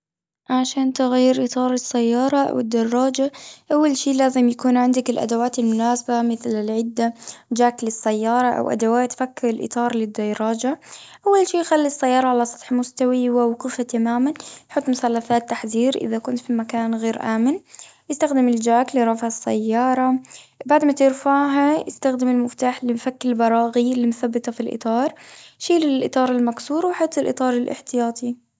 عشان تغير إطار السيارة أو الدراجة. أول شي، لازم يكون عندك الأدوات المناسبة، مثل العدة، چاك للسيارة، أو أدوات فك الإطار للديراجة. أول شي خلي السيارة على سطح مستوي، وموقوفة تماماً. حط مثلثات تحذير، إذا كنت في مكان غير آمن. استخدم الچاك لرفع السيارة. بعد ما ترفعها، استخدم المفتاح لفك البراغي المثبتة في الإطار. شيل الإطار المكسور، وحط الإطار الاحتياطي.